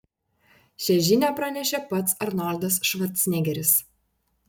šią žinią pranešė pats arnoldas švarcnegeris